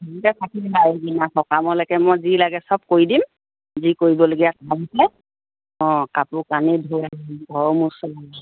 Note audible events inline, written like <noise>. <unintelligible> সকামলৈকে মই যি লাগে চব কৰি দিম যি কৰিবলগীয়া কামে অঁ কাপোৰ কানি <unintelligible>